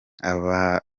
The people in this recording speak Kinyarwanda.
aba